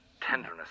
tenderness